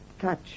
touch